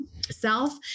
self